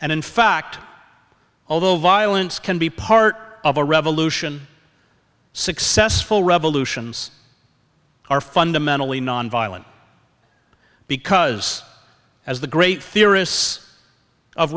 and in fact although violence can be part of a revolution successful revolutions are fundamentally nonviolent because as the great theorists of